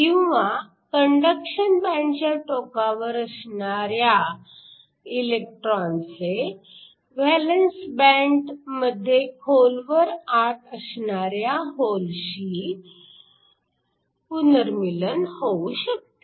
किंवा कंडक्शन बँडच्या टोकावर असणाऱ्या इलेक्ट्रॉनचे व्हॅलन्स बँडमध्ये खोलवर आत असणाऱ्या होलशी पुनर्मीलन होऊ शकते